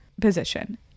position